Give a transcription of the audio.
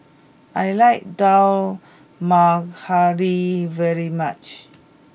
I like Dal Makhani very much